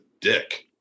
dick